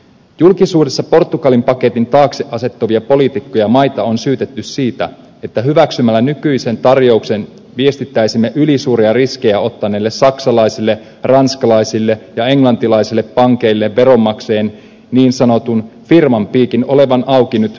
julkisuudessa portugali paketin taakse asettuvia poliitikkoja ja maita on syytetty siitä että hyväksymällä nykyisen tarjouksen viestittäisimme ylisuuria riskejä ottaneille saksalaisille ranskalaisille ja englantilaisille pankeille veronmaksajien niin sanotun firman piikin olevan auki nyt loputtomasti